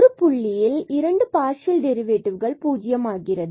ஒரு புள்ளியில் இரண்டு பார்சியல் டெரிவேடிவ் பூஜ்ஜியம் ஆகிறது